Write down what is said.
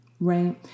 Right